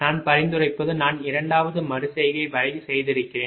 நான் பரிந்துரைப்பது நான் இரண்டாவது மறு செய்கை வரை செய்திருக்கிறேன்